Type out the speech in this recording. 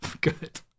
good